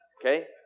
Okay